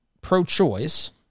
pro-choice